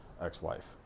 ex-wife